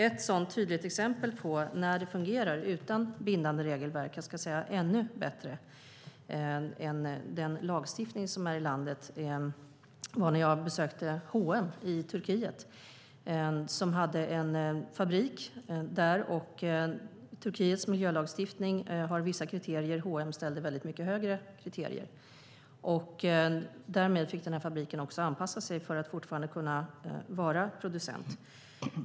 Ett tydligt exempel på när det fungerar utan bindande regelverk, ännu bättre än med den lagstiftning som finns i landet, såg jag när jag besökte H & M i Turkiet och en fabrik de hade där. Turkiets miljölagstiftning har vissa kriterier; H & M ställde upp väldigt mycket högre kriterier. Därmed fick den här fabriken anpassa sig för att fortfarande kunna vara producent.